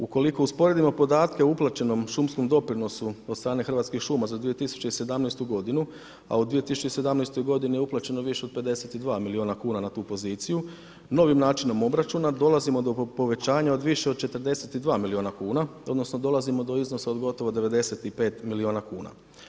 Ukoliko usporedimo podatke o uplaćenom šumskom doprinosu od strane Hrvatskih šuma za 2017. godinu a u 2017. godini je uplaćeno više od 52 milijuna kuna na tu poziciju novim načinom obračuna dolazimo do povećanja od više od 42 milijuna kuna odnosno dolazimo do iznosa od gotovo 95 milijuna kuna.